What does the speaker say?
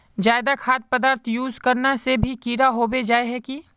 ज्यादा खाद पदार्थ यूज करना से भी कीड़ा होबे जाए है की?